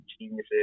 geniuses